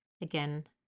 Again